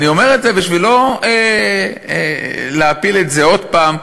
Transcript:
אני אומר את זה בשביל לא להפיל את זה עוד הפעם,